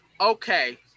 Okay